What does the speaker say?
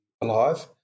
alive